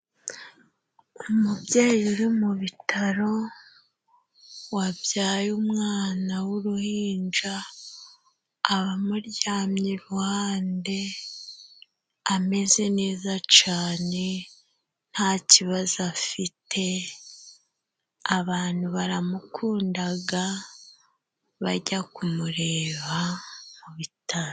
Umubyeyi uri mu bitaro wabyaye umwana w'uruhinja, aba amuryamye iruhande ameze neza cane nta kibazo afite. Abantu baramukundaga bajya kumureba mu bitaro.